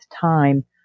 time